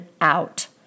out